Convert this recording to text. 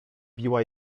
biła